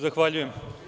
Zahvaljujem.